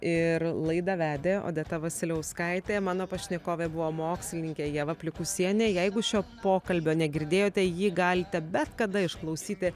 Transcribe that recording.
ir laidą vedė odeta vasiliauskaitė mano pašnekovė buvo mokslininkė ieva plikusienė jeigu šio pokalbio negirdėjote jį galite bet kada išklausyti